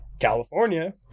California